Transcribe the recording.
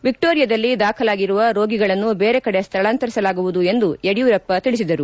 ವಿಕ್ಷೋರಿಯಾದಲ್ಲಿ ದಾಖಲಾಗಿರುವ ರೋಗಿಗಳನ್ನು ಬೇರೆ ಕಡೆ ಸ್ಹಳಾಂತರಿಸಲಾಗುವುದು ಎಂದು ಯಡಿಯೂರಪ್ಪ ತಿಳಿಸಿದರು